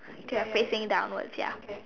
okay they're facing downwards ya